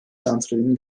santralin